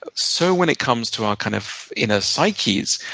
ah so when it comes to our kind of inner psyches,